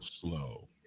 Slow